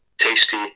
tasty